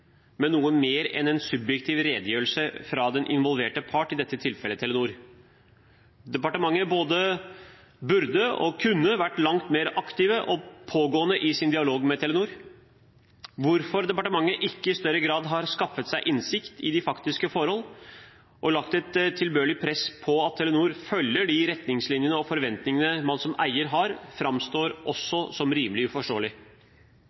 noe mer enn en subjektiv redegjørelse fra den involverte part – i dette tilfellet Telenor. Departementet både burde og kunne vært langt mer aktiv og pågående i sin dialog med Telenor. Hvorfor departementet ikke i større grad har skaffet seg innsikt i de faktiske forhold og lagt et tilbørlig press på at Telenor følger de retningslinjene og forventningene man som eier har, framstår også som rimelig uforståelig.